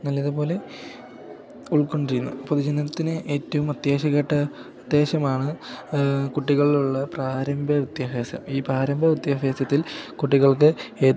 നല്ലതുപോലെ ഉൾക്കൊണ്ടിരുന്നു പൊതുജനത്തിന് ഏറ്റവും അത്യാവശ്യ ഘട്ടം അത്യാവശ്യമാണ് കുട്ടികളിൽ ഉള്ള പ്രാരംഭ വിദ്യാഭാസം ഈ പാരംഭ വിദ്യാഭ്യാസത്തിൽ കുട്ടികൾക്ക് ഏറ്റവും